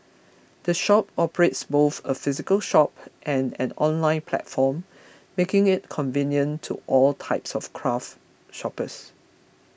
the shop operates both a physical shop and an online platform making it convenient to all types of craft shoppers